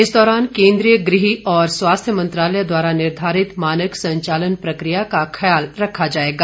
इस दौरान केंद्रीय गृह और स्वास्थ्य मंत्रालय द्वारा निर्धारित मानक संचालन प्रक्रिया का ख्याल रखा जाएगा